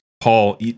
Paul